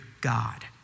God